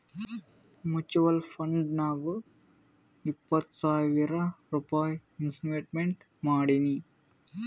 mutual ಫಂಡ್ನಾಗ್ ಇಪ್ಪತ್ತು ಸಾವಿರ್ ರೂಪೈ ಇನ್ವೆಸ್ಟ್ಮೆಂಟ್ ಮಾಡೀನಿ